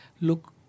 look